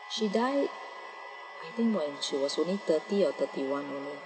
she died I think when she was only thirty or thirty one only